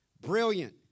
Brilliant